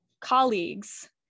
colleagues